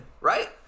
right